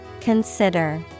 Consider